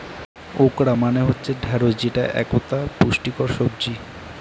okra মানে হচ্ছে ঢ্যাঁড়স যেটা একতা পুষ্টিকর সবজি